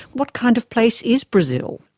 what kind of place is brazil?